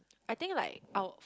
I think like our